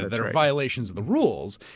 they're violations of the rules.